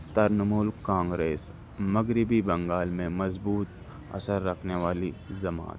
Trinamool Congress مغربی بنگال میں مضبوط اثر رکھنے والی جماعت